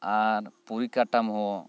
ᱟᱨ ᱯᱚᱨᱤᱠᱟᱴᱷᱟᱢᱚ